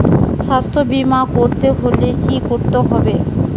স্বাস্থ্যবীমা করতে হলে কি করতে হবে?